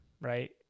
right